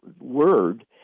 word